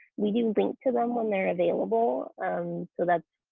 we can link to them when they're available so